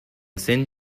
send